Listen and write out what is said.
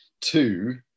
Two